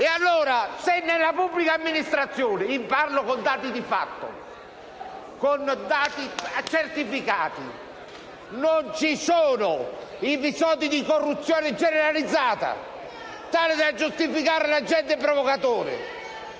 ciascuno! Se nella pubblica amministrazione - parlo con dati di fatto, certificati - non ci sono episodi di corruzione generalizzata tali da giustificare l'agente provocatore,